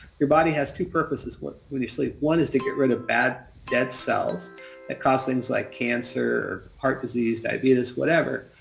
your body has two purposes when you sleep. one is to get rid of bad dead cells that cause things like cancer, heart disease, diabetes, whatever.